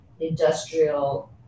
industrial